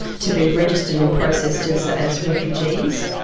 to be registered and processed as as refugees,